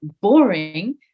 boring